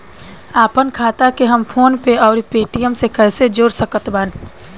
आपनखाता के हम फोनपे आउर पेटीएम से कैसे जोड़ सकत बानी?